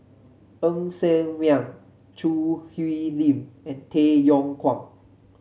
Ng Ser Miang Choo Hwee Lim and Tay Yong Kwang